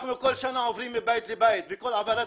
אנחנו כל שנה עוברים מבית לבית וכל העברת